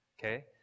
okay